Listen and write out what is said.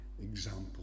example